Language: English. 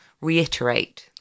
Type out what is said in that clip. reiterate